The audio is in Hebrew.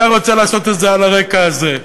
אתה רוצה לעשות את זה על הרקע הזה.